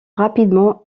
rapidement